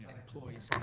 employees